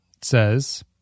says